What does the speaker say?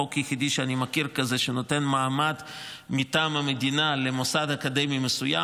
זה חוק יחיד כזה שאני מכיר שנותן מעמד מטעם המדינה למוסד אקדמי מסוים.